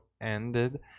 ended